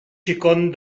xicon